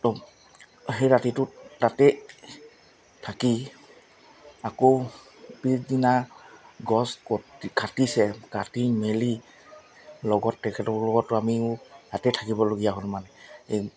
তো সেই ৰাতিটোত তাতে থাকি আকৌ পিছদিনা গছ কাটিছে কাটি মেলি লগত তেখেতৰ লগতো আমিও ৰাতি থাকিবলগীয়া হ'ল মানে এই